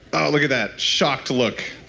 oh, look at that shocked look!